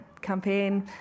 campaign